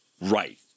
right